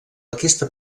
aquesta